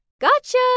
Gotcha